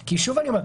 כי שוב אני אומר,